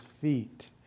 feet